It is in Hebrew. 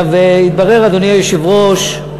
התברר, אדוני היושב-ראש,